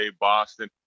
Boston